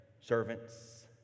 servants